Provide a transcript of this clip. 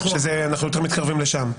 שאנחנו יותר מתקרבים לשם.